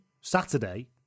Saturday